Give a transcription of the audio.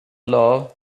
law